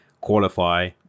qualify